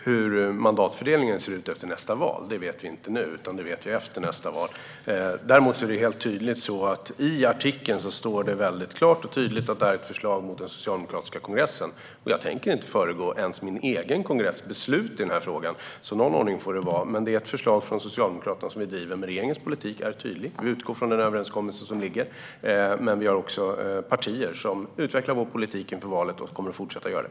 Fru talman! Hur mandatfördelningen ser ut efter nästa val vet vi först då. I artikeln står det klart och tydligt att det är ett förslag till den socialdemokratiska kongressen. Jag tänker inte föregå vår kongress beslut i frågan; någon ordning får det vara. Men det är ett förslag från Socialdemokraterna som vi driver. Regeringens politik är tydlig. Vi utgår från den överenskommelse som föreligger. Vårt parti utvecklar dock sin politik inför valet och kommer att fortsätta att göra det.